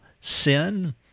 sin